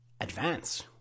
advance